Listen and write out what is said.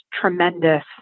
tremendous